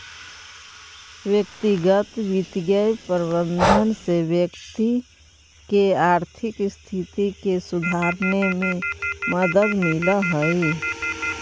व्यक्तिगत वित्तीय प्रबंधन से व्यक्ति के आर्थिक स्थिति के सुधारने में मदद मिलऽ हइ